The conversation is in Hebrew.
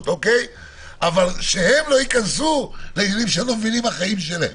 אבל שהם לא ייכנסו לעניינים שהם לא מבינים מהחיים שלהם.